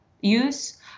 use